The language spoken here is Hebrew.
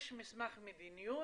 יש מסמך מדיניות